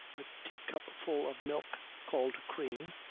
a teacupful of milk called cream,